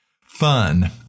Fun